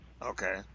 Okay